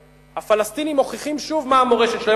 הפלסטינים מוכיחים שוב מה המורשת שלהם.